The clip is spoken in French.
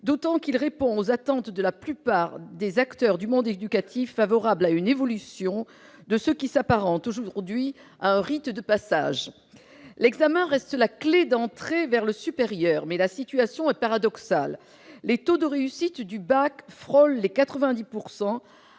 d'autant qu'il répond aux attentes de la plupart des acteurs du monde éducatif, favorables à une évolution de ce qui s'apparente aujourd'hui à un rite de passage. L'examen reste la clef d'entrée vers le supérieur, mais la situation est paradoxale : les taux de réussite du baccalauréat frôlent les 90